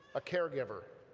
a caregiver,